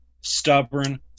stubborn